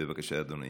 בבקשה, אדוני.